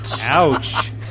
Ouch